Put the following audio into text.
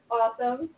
awesome